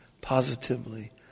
positively